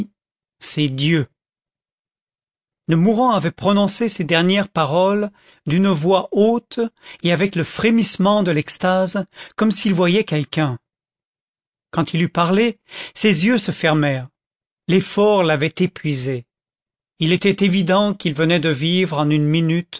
c'est dieu le mourant avait prononcé ces dernières paroles d'une voix haute et avec le frémissement de l'extase comme s'il voyait quelqu'un quand il eut parlé ses yeux se fermèrent l'effort l'avait épuisé il était évident qu'il venait de vivre en une minute